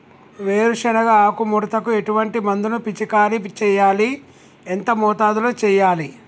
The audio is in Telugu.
వేరుశెనగ ఆకు ముడతకు ఎటువంటి మందును పిచికారీ చెయ్యాలి? ఎంత మోతాదులో చెయ్యాలి?